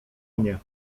mnie